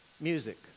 Music